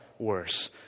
Worse